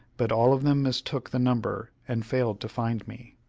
but all of them mistook the number and failed to find me.